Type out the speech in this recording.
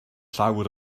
llawr